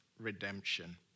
redemption